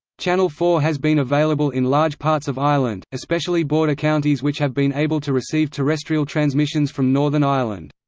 channel four has been available in large parts of ireland, especially border counties which have been able to receive terrestrial transmissions from northern ireland.